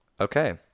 Okay